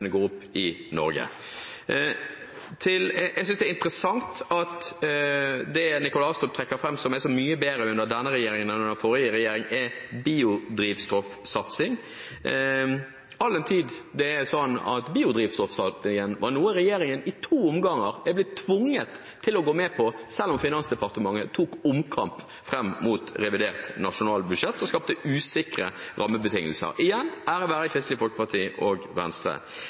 den forrige regjeringen, er biodrivstoffsatsing, all den tid det er sånn at biodrivstoffsatsingen er noe som regjeringen i to omganger er blitt tvunget til å gå med på, selv om Finansdepartementet tok omkamp fram mot revidert nasjonalbudsjett og skapte usikre rammebetingelser – igjen, ære være Kristelig Folkeparti og Venstre.